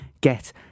get